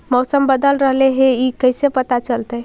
मौसम बदल रहले हे इ कैसे पता चलतै?